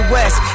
West